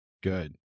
Good